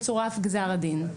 מצורף גזר הדין.